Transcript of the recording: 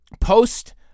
post